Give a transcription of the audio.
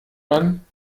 man